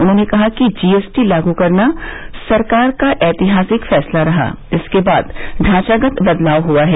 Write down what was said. उन्होंने कहा कि जीएसटी लागू करना सरकार का ऐतिहासिक फैसला रहा इसके बाद ढांचागत बदलाव हुआ है